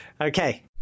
Okay